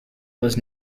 was